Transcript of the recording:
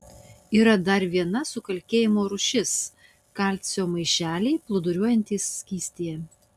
yra dar viena sukalkėjimo rūšis kalcio maišeliai plūduriuojantys skystyje